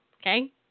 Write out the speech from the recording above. okay